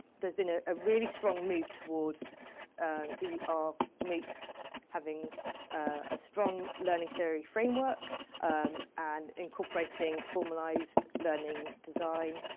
there's been ah a really strong move towards the ah moocs having a strong learning theory framework and incorporating formalized learning design,